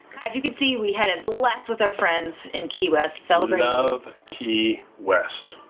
as you can see, we had a blast with our friends in key west celebrating. ah love key west.